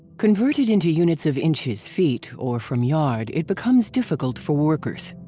converted into units of inches, feet or from yard it becomes difficult for workers.